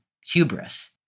hubris